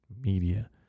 media